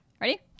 Ready